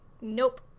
Nope